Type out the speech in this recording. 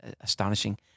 astonishing